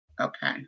Okay